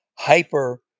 hyper